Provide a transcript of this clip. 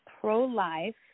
pro-life